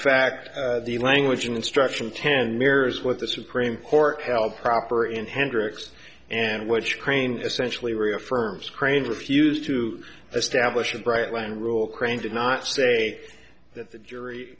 fact the language instruction ten mirrors what the supreme court held proper in hendricks and which crane essentially reaffirms crane refused to establish a bright line rule crane did not say that the jury